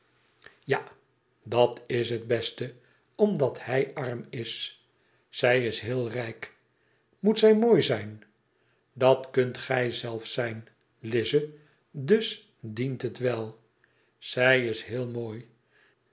ja dat is het beste omdat hij arm is zij b heel rijk moet zij mooi zijn dat kunt gij zelfs zijn lize dus dient het wel zij is heel mooi